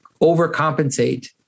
overcompensate